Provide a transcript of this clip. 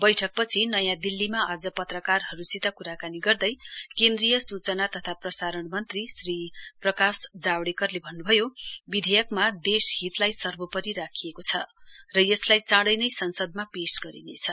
बैठकपछि नयाँ दिल्लीमा आज पत्रकारहरूसित क्राकानी गर्दै केन्द्रीय सूचना तथा प्रसारण मन्त्री श्री प्रकाश जावेडकरले भन्न् भयो विधेयकमा देशहितलाई सर्वोपरी राखिएको छ यसलाई चाडै नै संसदमा पेश गरिनेछ